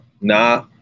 Nah